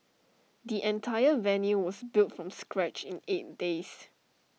the entire venue was built from scratch in eight days